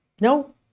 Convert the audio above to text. No